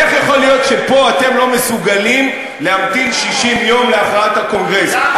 איך יכול להיות שפה אתם לא מסוגלים להמתין 60 יום להכרעת הקונגרס?